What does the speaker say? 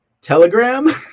Telegram